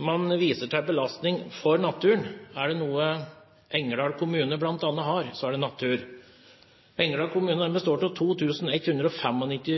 Man viser til belastning for naturen. Er det noe Engerdal kommune bl.a. har, så er det natur. Engerdal kommune består av 2 195 km2,